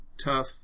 tough